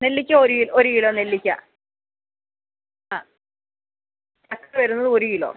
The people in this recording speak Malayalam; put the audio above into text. നെല്ലിക്കാ ഒരു ഒരു കിലോ നെല്ലിക്ക ആ അത് വരുന്നത് ഒരു കിലോ